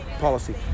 policy